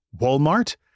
Walmart